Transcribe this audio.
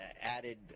Added